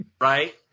Right